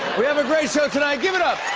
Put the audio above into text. we have a great show tonight. give it up